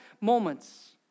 moments